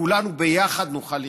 שכולנו ביחד נוכל לחיות.